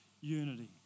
unity